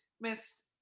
Miss